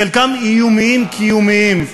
חלקם איומים קיומיים.